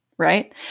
right